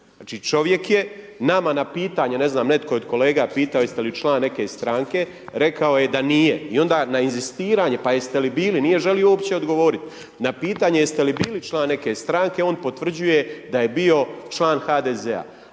znači čovjek je nama na pitanje, ne znam netko je od kolega pitao jeste li član neke stranke, rekao je da nije i onda na inzistiranje, pa jeste li bili, nije želio uopće odgovorit. Na pitanje jeste li bili član neke stranke, on potvrđuje da je bio član HDZ-a,